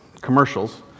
commercials